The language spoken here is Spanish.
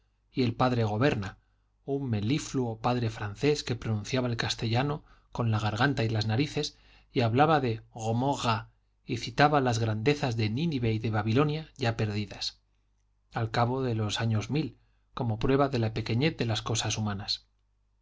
y el padre goberna un melifluo padre francés que pronunciaba el castellano con la garganta y las narices y hablaba de gomogga y citaba las grandezas de nínive y de babilonia ya perdidas al cabo de los años mil como prueba de la pequeñez de las cosas humanas